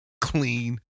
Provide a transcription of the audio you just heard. clean